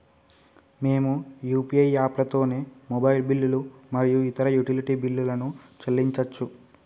మేము యూ.పీ.ఐ యాప్లతోని మొబైల్ బిల్లులు మరియు ఇతర యుటిలిటీ బిల్లులను చెల్లించచ్చు